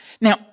Now